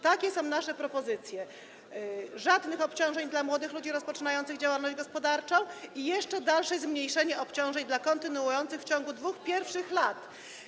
Takie są nasze propozycje: Żadnych obciążeń dla młodych ludzi rozpoczynających działalność gospodarczą i zmniejszenie obciążeń dla kontynuujących ją w ciągu 2 pierwszych lat.